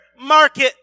market